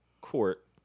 court